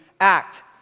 act